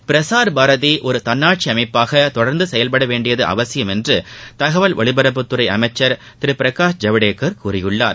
பிரஸார் பாரதி ஒரு தன்னாட்சி அமைப்பாக தொடர்ந்து செயல்பட வேண்டியது அவசியம் என்று தகவல் மற்றும் ஒலிபரப்புத்துறை அமைச்சர் திரு பிரகாஷ் ஜவடேக்கர் கூறியுள்ளார்